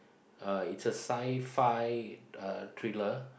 uh it's a sci-fi thriller